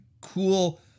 cool